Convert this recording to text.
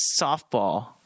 softball